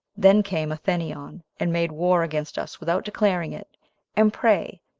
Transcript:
then came athenion, and made war against us without declaring it and pray,